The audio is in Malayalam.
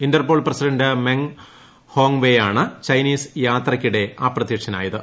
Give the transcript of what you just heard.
ഇന്റർപോൾ പ്രസിഡന്റ് മെങ് ഹോങ്വേയാണ് ചൈനീസ് യാത്രയ്ക്കിടെ അപ്രതൃക്ഷനായത്